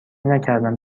نکردم